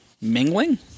Mingling